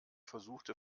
versuchte